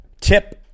tip